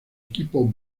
equipo